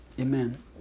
amen